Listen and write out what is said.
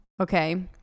okay